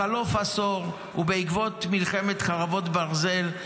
בחלוף עשור ובעקבות מלחמת חרבות ברזל,